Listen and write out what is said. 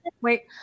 Wait